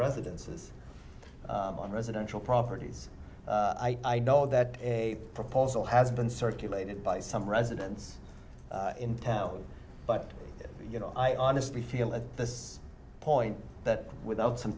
residences on residential properties i know that a proposal has been circulated by some residents in town but you know i honestly feel at this point that without some